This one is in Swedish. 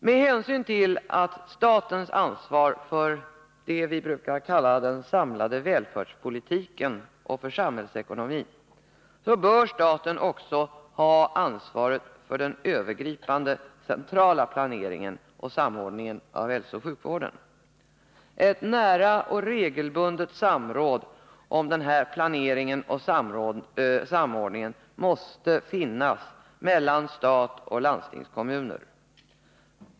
Med hänsyn till statens ansvar för det vi brukar kalla den samlade välfärdspolitiken och samhällsekonomin bör staten också ha ansvaret för den övergripande centrala planeringen och samordningen av hälsooch sjukvården. Ett nära och regelbundet samråd om denna planering och samordning måste finnas mellan stat och landstingskommuner.